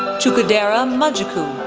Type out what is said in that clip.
chukwudera mojekwu,